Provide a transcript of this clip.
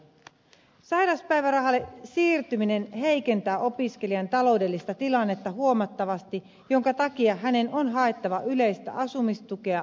sairauspäivärahalle siirtyminen heikentää opiskelijan taloudellista tilannetta huomattavasti minkä takia hänen on haettava yleistä asumistukea ja toimeentulotukea